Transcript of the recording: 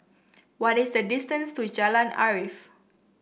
what is the distance to Jalan Arif